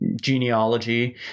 genealogy